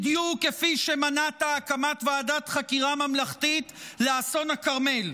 בדיוק כפי שמנעת הקמת ועדת חקירה ממלכתית לאסון הכרמל,